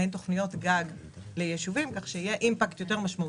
מן תכניות גג ליישובים כך שיהיה אימפקט יותר משמעותי.